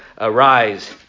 arise